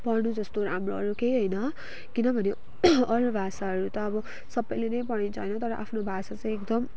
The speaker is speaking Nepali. पढ्नु जस्तो राम्रो अरू केही होइन किनभने अरू भाषाहरू त अब सबैले नै पढिन्छ होइन तर आफ्नो भाषा चाहिँ एकदम